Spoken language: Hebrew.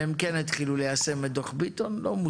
"(ב1)הייתה עבירה הפרת תעבורה,